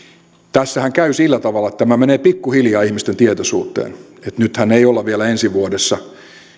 tässähän käy sillä tavalla että tämä menee pikkuhiljaa ihmisten tietoisuuteen nythän ei olla vielä ensi vuodessa